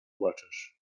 płaczesz